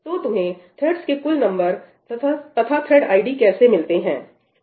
तो तुम्हें थ्रेड्स के कुल नंबर तथा थ्रेड् आईडी कैसे मिलते हैं